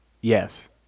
Yes